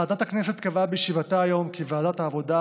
ועדת הכנסת קבעה בישיבתה היום כי ועדת העבודה,